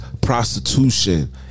prostitution